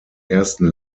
ersten